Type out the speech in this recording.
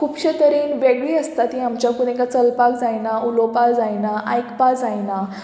खुबशे तरेन वेगळी आसता ती आमच्याकून एका चलपाक जायना उलोवपाक जायना आयकपा जायना